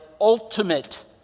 ultimate